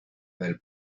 del